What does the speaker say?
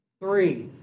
Three